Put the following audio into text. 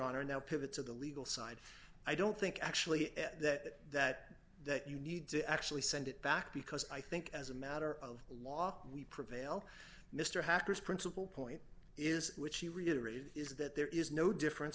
honor now pivot to the legal side i don't think actually that that that you need to actually send it back because i think as a matter of law we prevail mr hacker's principal point is which he reiterated is that there is no difference